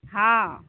हॅं